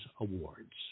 Awards